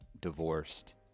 divorced